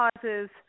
causes